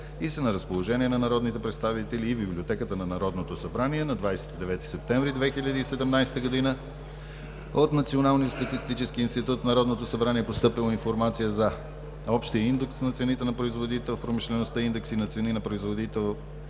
и са на разположение на народните представители и в Библиотеката на Народното събрание. На 29 септември 2017 г. от Националния статистически институт в Народното събрание е постъпила информация за общия индекс на цените на производител в промишлеността и индекси на цени на производител